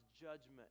judgment